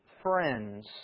friends